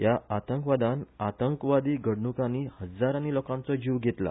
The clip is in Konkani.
ह्या आतंकवादान आतंकवादी घडणुकानी हज्जारानी लोकांचो जिव घेतला